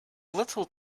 little